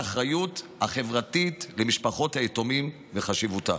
האחריות החברתית למשפחות היתומים וחשיבותה,